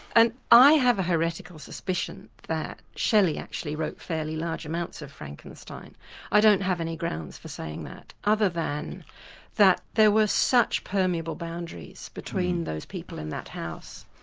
and i have a heretical suspicion that shelley actually wrote fairly large amounts of frankenstein i don't have any grounds for saying that, other than that there were such permeable boundaries between those people in that house.